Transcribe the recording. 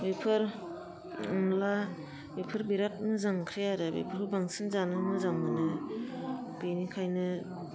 बेफोर अनला बेफोर बिरात मोजां ओंख्रि आरो बेफोरखौ बांसिन जानो मोजां मोनो बिनिखायनो